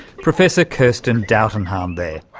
professor kerstin dautenhahn there.